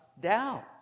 down